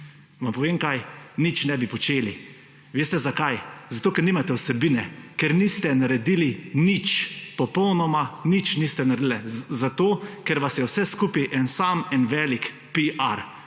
Vam povem kaj, nič ne bi počeli. Veste zakaj? Zato ker nimate vsebine, ker niste naredili nič, popolnoma nič niste naredili, zato ker vas je vse skupaj en velik